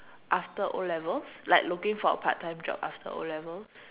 after o-levels like looking for a part time job after o-levels